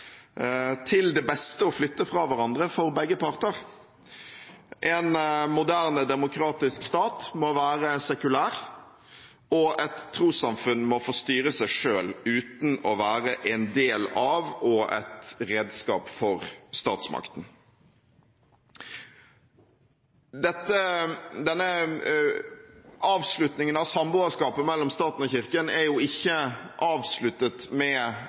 til det beste å flytte fra hverandre for begge parter. En moderne demokratisk stat må være sekulær, og et trossamfunn må få styre seg selv uten å være en del av og et redskap for statsmakten. Denne avslutningen av samboerskapet mellom stat og kirke er ikke avsluttet med